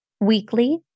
weekly